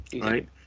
Right